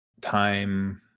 time